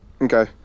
Okay